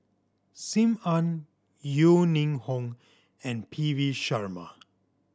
Sim Ann Yeo Ning Hong and P V Sharma